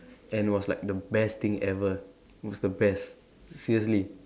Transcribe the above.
and it was like the best thing ever it was the best seriously